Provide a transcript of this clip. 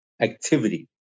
activity